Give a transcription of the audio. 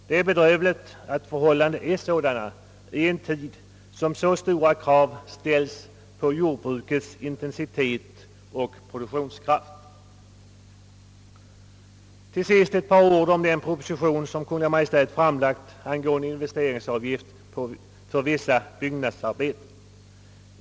Det är bedrövligt att förhållandena är sådana i en tid, då så stora krav ställes på jordbrukets intensitet och produktionskraft. Till sist ett par ord om den proposition som Kungl. Maj:t framlagt angående investeringsavgift för vissa byggnadsarbeten.